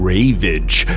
Ravage